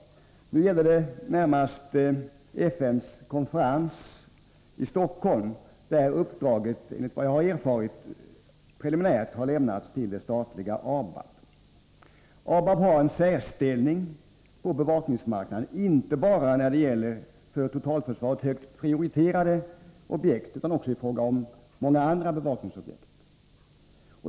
Närmast gäller det FN:s konferens i Stockholm, där uppdraget enligt vad jag har erfarit preliminärt lämnats till det statliga ABAB. ABAB har en särställning på bevakningsmarknaden inte bara när det gäller för totalförsvaret högt prioriterade objekt utan också i fråga om många andra bevakningsobjekt.